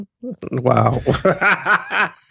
Wow